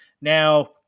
Now